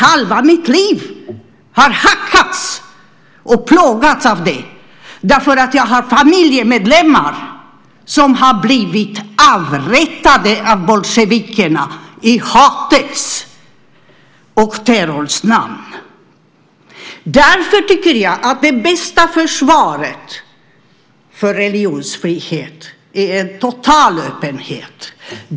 Halva mitt liv har hackats och plågats av det! Jag har familjemedlemmar som har blivit avrättade av bolsjevikerna i hatets och terrorns namn. Därför tycker jag att det bästa försvaret för religionsfrihet är en total öppenhet.